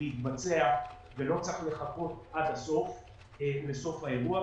להתבצע ולא צריך לחכות עד סוף האירוע.